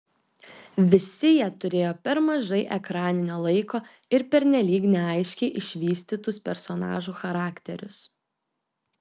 visi jie turėjo per mažai ekraninio laiko ir pernelyg neaiškiai išvystytus personažų charakterius